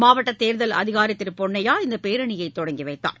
மாவட்டத் தேர்தல் அதிகாரி திரு பொன்னையா இந்தப் பேரணியை தொடங்கி வைத்தார்